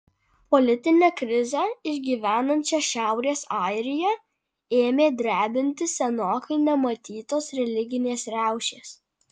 politinę krizę išgyvenančią šiaurės airiją ėmė drebinti senokai nematytos religinės riaušės